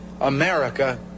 America